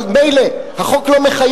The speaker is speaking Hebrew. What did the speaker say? אבל מילא, החוק לא מחייב.